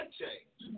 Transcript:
change